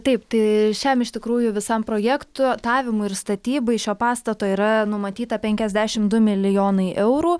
taip tai šiam iš tikrųjų visam projekto matavimui ir statybai šio pastato yra numatyta penkiasdešimt du milijonai eurų